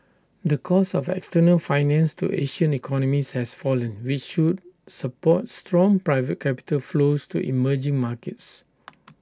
the cost of external finance to Asian economies has fallen which should support strong private capital flows to emerging markets